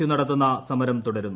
U നടത്തുന്ന സമരം തുടരുന്നു